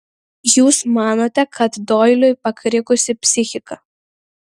jūs manote kad doiliui pakrikusi psichika